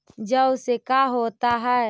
जौ से का होता है?